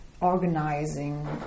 organizing